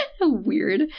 Weird